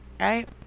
Right